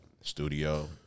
studio